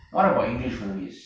what about english movies